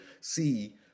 see